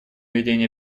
ведение